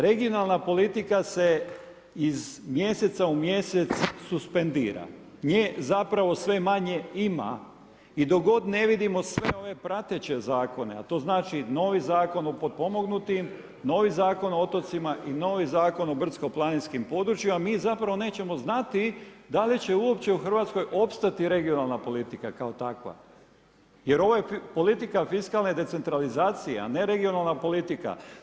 Regionalna politika se iz mjeseca u mjesec suspendira, nje zapravo sve manje ima i dok god ne vidimo sve ove prateće zakone, a to znači novi zakon o potpomognutim, novi Zakon o otocima i novi Zakon o brdsko-planinskim područjima mi nećemo znati da li će uopće u Hrvatskoj opstati regionalna politika kao takva jer ovo je politika fiskalne decentralizacije, a ne regionalna politika.